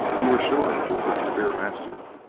you were sure he was a severe master,